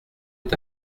est